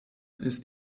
ist